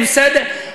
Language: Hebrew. בסדר?